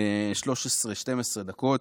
13-12 דקות,